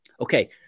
Okay